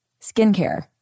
Skincare